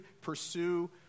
pursue